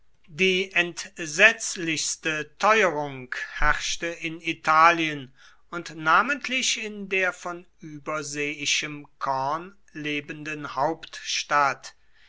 die entsetzlichste teuerung herrschte in italien und namentlich in der von überseeischem korn lebenden hauptstadt